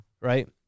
right